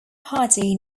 party